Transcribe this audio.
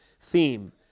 theme